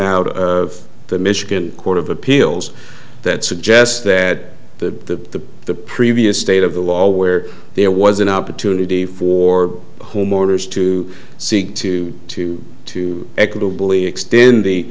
out of the michigan court of appeals that suggest that the the previous state of the law where there was an opportunity for homeowners to seek to to to equitably extend the